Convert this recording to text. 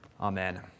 Amen